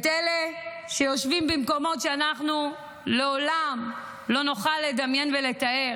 את אלה שיושבים במקומות שאנחנו לעולם לא נוכל לדמיין ולתאר,